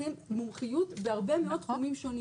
צריכים מומחיות בהרבה תחומים שונים,